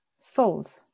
souls